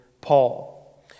Paul